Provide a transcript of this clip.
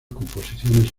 composiciones